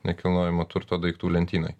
nekilnojamo turto daiktų lentynoj